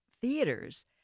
theaters